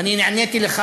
ואני נעניתי לך,